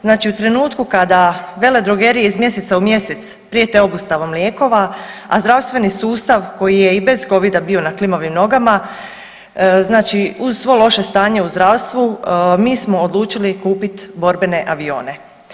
Znači u trenutku kada veledrogerije iz mjeseca u mjesec prijete obustavom lijekova, a zdravstveni sustav koji je i bez covida bio na klimavim nogama, znači uz svo loše stanje u zdravstvu mi smo odlučili kupiti borbene avione.